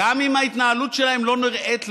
גם אם ההתנהלות שלהם לא נראית לנו,